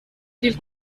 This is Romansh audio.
dil